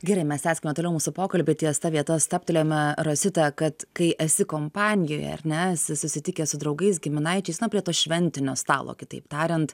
gerai mes tęskime toliau mūsų pokalbį ties ta vieta stabtelėjome rosita kad kai esi kompanijoje ar ne esi susitikęs su draugais giminaičiais na prie to šventinio stalo kitaip tariant